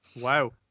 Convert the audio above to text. Wow